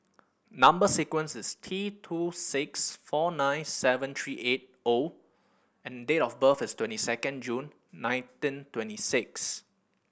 number sequence is T two six four nine seven three eight O and date of birth is twenty second June nineteen twenty six